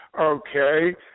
Okay